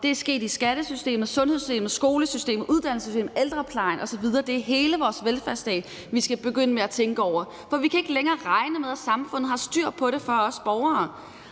Det er sket i skattesystemet, sundhedssystemet, skolesystemet, uddannelsessystemet, ældreplejen osv. Det er hele vores velfærdsstat, vi skal begynde at tænke over. For vi kan ikke længere regne med, at samfundet har styr på det for os borgere.